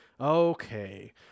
Okay